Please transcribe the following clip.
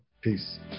peace